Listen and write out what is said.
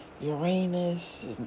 Uranus